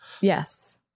Yes